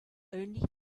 only